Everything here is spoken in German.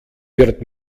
wird